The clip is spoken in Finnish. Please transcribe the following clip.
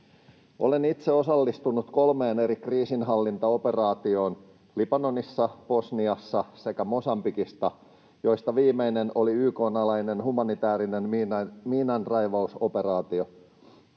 Olen itse osallistunut kolmeen eri kriisinhallintaoperaatioon: Libanonissa, Bosniassa sekä Mosambikissa, joista viimeinen oli YK:n alainen humanitaarinen miinanraivausoperaatio.